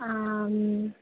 आम्